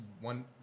One